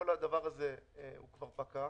כל הדבר הזה כבר פקע.